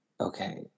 okay